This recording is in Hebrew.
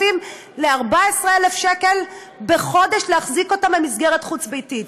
ל-14,000 שקל להחזיק אותם במסגרת חוץ-ביתית.